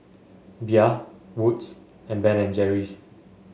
Bia Wood's and Ben and Jerry's